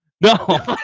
No